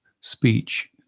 speech